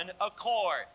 accord